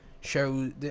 shows